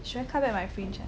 should I cut back my fringe ah